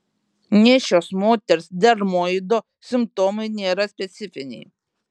nėščios moters dermoido simptomai nėra specifiniai